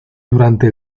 durante